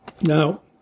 Now